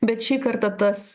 bet šį kartą tas